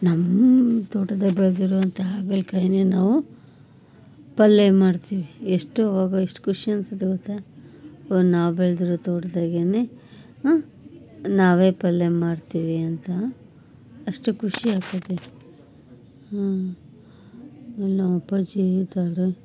ನಮ್ಮ ತೋಟದಲ್ಲಿ ಬೆಳೆದಿರೊಂತ ಹಾಗಲಕಾಯಿನೆ ನಾವು ಪಲ್ಯ ಮಾಡ್ತೀವಿ ಎಷ್ಟು ಆವಾಗೆಷ್ಟು ಖುಷಿ ಅನಿಸುತ್ತೆ ಗೊತ್ತ ಒ ನಾ ಬೆಳೆದಿರೊ ತೋಟ್ದಾಗೇ ನಾವೇ ಪಲ್ಯ ಮಾಡ್ತೀವಿ ಅಂತ ಅಷ್ಟು ಖುಷಿ ಆಗ್ತೈತೆ ಇಲ್ಲಿ ನಮ್ಮಪ್ಪಾಜಿ ಇದ್ದಾರೆ